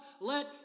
Let